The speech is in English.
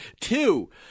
Two